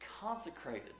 consecrated